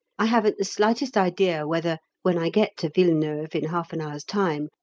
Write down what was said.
i haven't the slightest idea whether, when i get to villeneuve in half an hour's time,